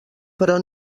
però